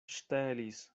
ŝtelis